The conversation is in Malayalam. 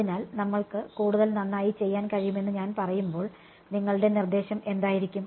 അതിനാൽ നമ്മൾക്ക് കൂടുതൽ നന്നായി ചെയ്യാൻ കഴിയുമെന്ന് ഞാൻ പറയുമ്പോൾ നിങ്ങളുടെ നിർദ്ദേശം എന്തായിരിക്കും